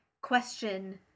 question